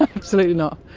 absolutely not.